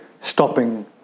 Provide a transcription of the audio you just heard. stopping